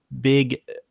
big